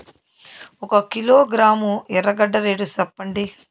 ఒక కిలోగ్రాము ఎర్రగడ్డ రేటు సెప్పండి?